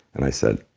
and i said,